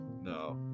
No